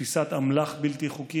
תפיסת אמל"ח בלתי חוקי,